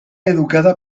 educada